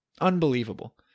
Unbelievable